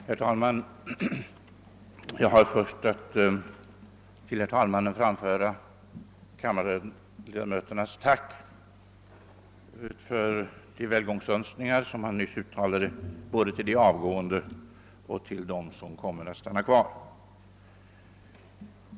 Herr talman! Jag har först att till herr talmannen framföra kammarledamöternas tack för de välgångsönskningar som han nyss uttalade både till de avgående och till dem som kommer att stanna kvar.